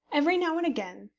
every now and again,